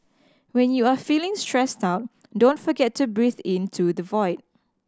when you are feeling stressed out don't forget to breathe into the void